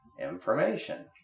information